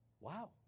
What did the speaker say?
Wow